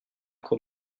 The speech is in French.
cour